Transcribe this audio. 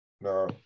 no